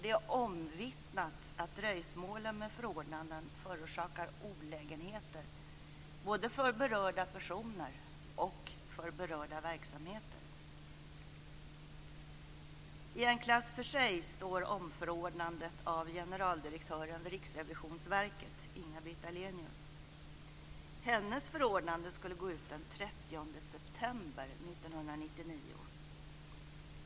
Det är omvittnat att dröjsmålen med förordnandena förorsakar olägenheter, både för berörda personer och för berörda verksamheter. I en klass för sig står omförordnandet av generaldirektören vid Riksrevisionsverket, Inga-Britt Ahlenius. Hennes förordnande skulle gå ut den 30 september 1999.